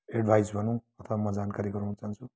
advice भनौँ अथवा म जानकारी गराउन चहान्छु